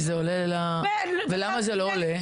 וזה עולה ולמה זה לא עולה?